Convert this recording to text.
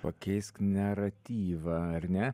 pakeisk naratyvą ar ne